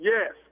Yes